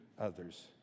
others